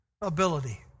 ability